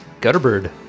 Gutterbird